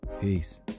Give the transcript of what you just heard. peace